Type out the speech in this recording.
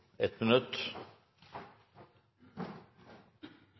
minutt.